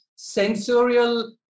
sensorial